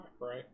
right